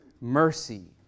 mercy